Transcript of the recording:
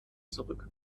zurück